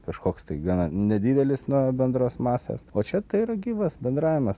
kažkoks tai gana nedidelis nuo bendros masės o čia tai yra gyvas bendravimas